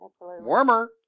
Warmer